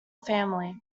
family